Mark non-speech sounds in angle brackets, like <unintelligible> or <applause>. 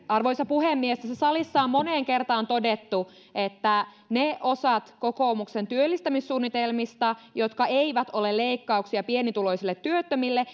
arvoisa puhemies tässä salissa on moneen kertaan todettu että ne osat kokoomuksen työllistämissuunnitelmista jotka eivät ole leikkauksia pienituloisille työttömille <unintelligible>